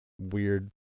weird